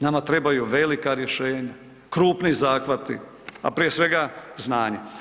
Nama trebaju velika rješenja. krupni zahvati, a prije svega znanje.